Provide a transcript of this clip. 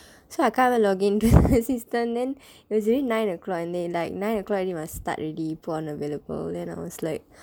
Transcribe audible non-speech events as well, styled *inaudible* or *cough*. so I can't even login to the system *laughs* then it was already nine o'clock and they like nine o'clock already must start already put on available then I was like